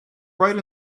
bright